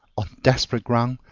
on desperate ground,